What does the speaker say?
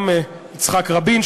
גם יצחק רבין,